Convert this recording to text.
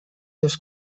seus